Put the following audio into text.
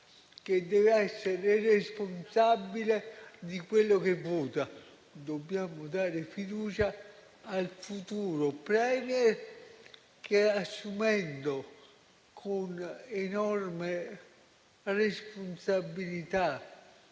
che deve essere responsabile di quello che vota. Dobbiamo dare fiducia al futuro *Premier*, che, assumendo con enorme responsabilità